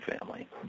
family